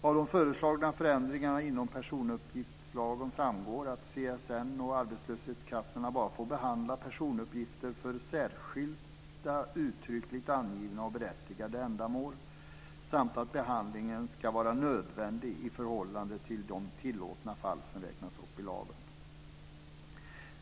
Av de föreslagna förändringarna inom personuppgiftslagen framgår att CSN och arbetslöshetskassorna bara får behandla personuppgifter för särskilda, uttryckligt angivna och berättigade ändamål samt att behandlingen ska vara nödvändig i förhållande till de tillåtna fall som räknas upp i lagen.